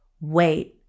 wait